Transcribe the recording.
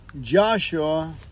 Joshua